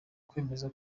kwemeza